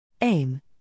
AIM